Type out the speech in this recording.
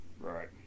Right